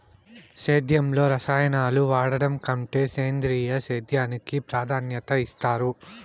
సేద్యంలో రసాయనాలను వాడడం కంటే సేంద్రియ సేద్యానికి ప్రాధాన్యత ఇస్తారు